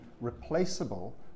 replaceable